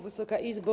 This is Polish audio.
Wysoka Izbo!